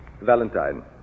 Valentine